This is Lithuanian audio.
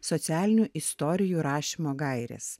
socialinių istorijų rašymo gairės